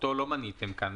לא מניתם את זה כאן.